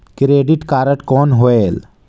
Credit card कौन होएल?